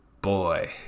boy